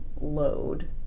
load